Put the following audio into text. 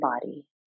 body